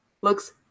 Looks